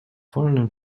wolnym